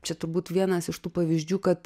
čia turbūt vienas iš tų pavyzdžių kad